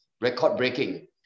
record-breaking